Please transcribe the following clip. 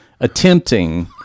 attempting